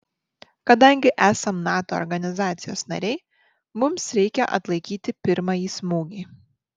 kadangi esam nato organizacijos nariai mums reikia atlaikyti pirmąjį smūgį